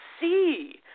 see –